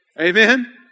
Amen